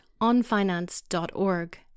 onfinance.org